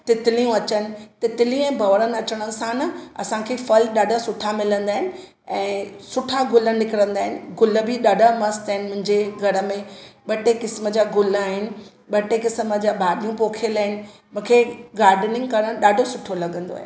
तितलियूं अचनि तितली ऐं भवरनि अचणु सां न असांखे फल ॾाढा मिलंदा आहिनि ऐं सुठा गुल निकिरंदा आहिनि गुल बि ॾाढा मस्तु आहिनि मुंहिंजे घर में ॿ टे क़िस्म जा गुल आहिनि ॿ टे क़िस्म जूं भाॼियूं पोखियल आहिनि मूंखे गार्डनिंग करणु ॾाढो सुठो लॻंदो आहे